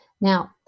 Now